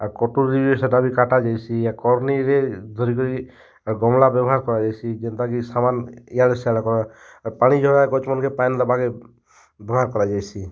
ଆଉ କଟୁରୀ ରେ ସେଟା ବି କଟା ଯାଏସି ଆଉ କର୍ନି ରେ ଧରିକରି ଗମ୍ଲା ବେବ୍ହାର୍ କରାଯାଏସି ଯେନ୍ତା କି ସମାନ୍ ଇଆଡ଼େ ସିଆଡ଼େ ପାଣି ଯୋଗାଏ ଗଛ୍ ମାନ୍କେ ପାଣି ଦେବାର୍କେ ବେବ୍ହାର୍ କରାଯାଏସି